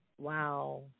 Wow